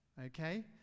okay